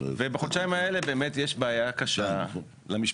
בחודשיים האלה באמת יש בעיה קשה למשפחה,